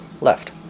left